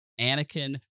Anakin